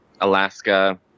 Alaska